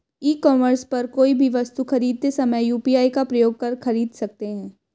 ई commerce पर कोई भी वस्तु खरीदते समय यू.पी.आई का प्रयोग कर खरीद सकते हैं